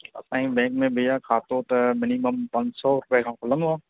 असांजी बैंक में भैया खातो त मिनिमम पंज सौ रुपए खां खुलंदो आहे